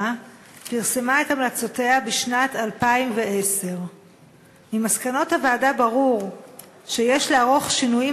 פרסמה את המלצותיה בשנת 2010. ממסקנות הוועדה ברור שיש לערוך שינויים